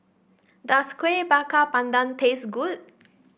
does Kueh Bakar Pandan taste good